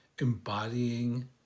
embodying